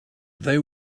they